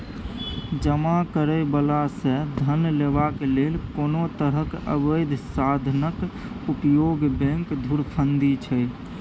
जमा करय बला सँ धन लेबाक लेल कोनो तरहक अबैध साधनक उपयोग बैंक धुरफंदी छै